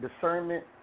discernment